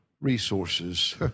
resources